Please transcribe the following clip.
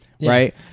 right